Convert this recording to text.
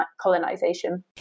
colonization